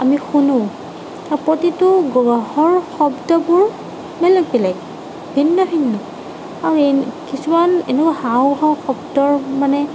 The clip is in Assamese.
আমি শুনো প্ৰতিটো গ্ৰহৰ শব্দবোৰ বেলেগ বেলেগ ভিন্ন ভিন্ন আৰু এই কিছুমান এনেকুৱা হাওঁ হাওঁ শব্দ মানে